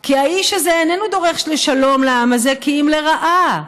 כי האיש הזה איננו דֹרש לשלום לעם הזה כי אם לרעה".